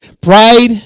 Pride